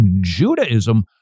Judaism